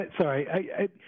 Sorry